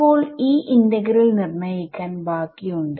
ഇപ്പോൾ ഈ ഇന്റഗ്രൽനിർണ്ണയിക്കാൻ ബാക്കിയുണ്ട്